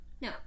No